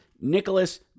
Nicholas